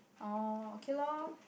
oh okay lor